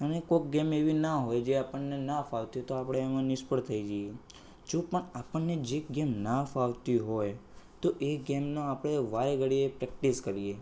અને કોઈક ગેમ એવી ના હોય જે આપણને ન ફાવતી હોય તો આપળે એમાં નિષ્ફળ થઈ જઈએ જો પણ આપણને જે ગેમ ન ફાવતી હોય તો એ ગેમનો આપણે વારેઘડીએ પ્રેક્ટિસ કરીએ